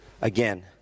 again